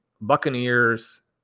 Buccaneers